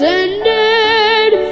ended